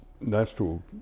natural